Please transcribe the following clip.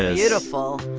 ah beautiful